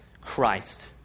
Christ